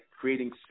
Creating